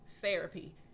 therapy